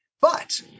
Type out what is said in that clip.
But-